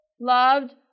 loved